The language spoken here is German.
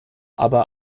aber